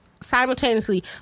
Simultaneously